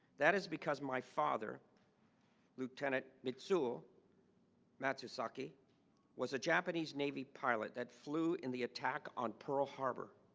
that is because my father lieutenant mitsu matsusaki was a japanese navy pilot that flew in the attack on pearl harbor